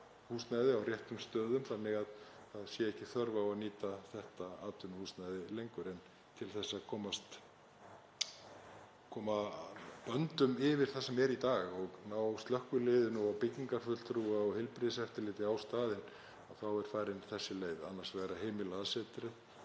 húsnæði á réttum stöðum þannig að það sé ekki þörf á að nýta þetta atvinnuhúsnæði lengur. En til að koma böndum yfir það sem er í dag og ná slökkviliðinu, byggingarfulltrúa og heilbrigðiseftirliti á staðinn er farin þessi leið annars vegar að heimila aðsetur